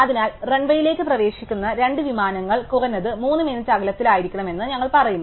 അതിനാൽ റൺവേയിലേക്ക് പ്രവേശിക്കുന്ന 2 വിമാനങ്ങൾ കുറഞ്ഞത് 3 മിനിറ്റ് അകലത്തിലായിരിക്കണമെന്ന് ഞങ്ങൾ പറയുന്നു